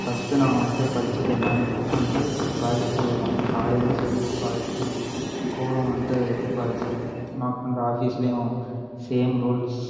first நான் வந்துட்டு படிச்சதெல்லாமே வந்துட்டு பாய்ஸ் ஸ்கூல் தான் காலேஜும் சரி பாய்ஸு ஸ்கூலும் வந்துட்டு பாய்ஸு நான் ஒர்க் பண்ற ஆஃபிஸ்லேயும் சேம் ரூல்ஸ்